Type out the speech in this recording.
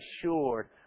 assured